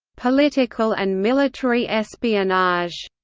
political and military espionage,